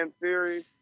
series